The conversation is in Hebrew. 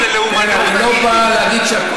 איפה המתונים?